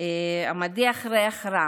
המריח ריח רע.